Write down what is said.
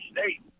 State